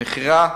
מכירה,